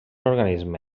organisme